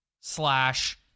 slash